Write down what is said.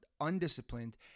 undisciplined